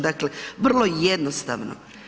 Dakle vrlo jednostavno.